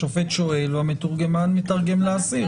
השופט שואל והמתורגמן מתרגם לאסיר.